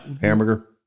Hamburger